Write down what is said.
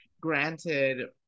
Granted